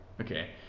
Okay